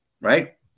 right